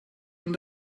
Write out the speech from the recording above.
een